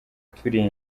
turi